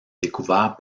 découvert